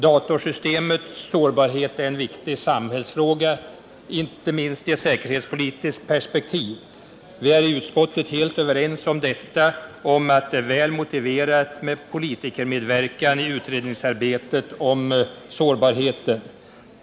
Datorsystemets sårbarhet är en viktig samhällsfråga, inte minst i säkerhetspolitiskt perspektiv. Vi är i utskottet helt överens om det och om att det är väl motiverat med politikermedverkan i utredningsarbetet om sårbarheten.